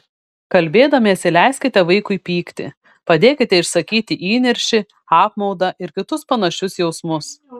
kalbėdamiesi leiskite vaikui pykti padėkite išsakyti įniršį apmaudą ir kitus panašius jausmus